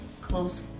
close